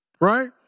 Right